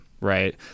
Right